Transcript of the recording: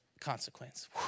consequence